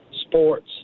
Sports